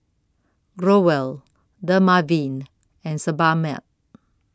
Growell Dermaveen and Sebamed